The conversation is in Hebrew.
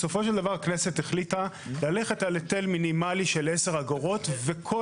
בסופו של דבר הכנסת החליטה ללכת על היטל מינימלי של 10 אגורות וכל